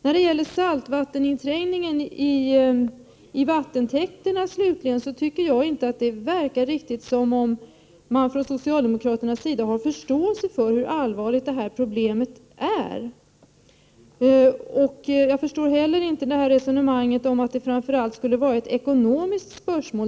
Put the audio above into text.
När det slutligen gäller saltvatteninträngningen i vattentäkterna tycker jag inte att det verkar som om man från socialdemokraternas sida har riktig förståelse för hur allvarligt detta problem är. Jag förstår inte heller resonemanget om att det framför allt skulle vara ett ekonomiskt spörsmål.